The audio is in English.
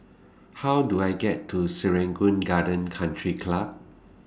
How Do I get to Serangoon Gardens Country Club